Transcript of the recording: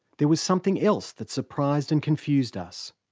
there was something else that surprised and confused us.